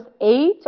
eight